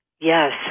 Yes